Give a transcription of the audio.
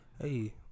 hey